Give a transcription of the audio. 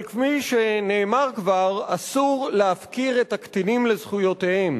אבל כפי שנאמר כבר: אסור להפקיר את הקטינים לזכויותיהם.